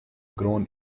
grown